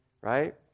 right